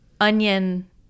onion